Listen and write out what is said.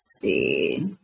see